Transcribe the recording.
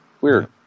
Weird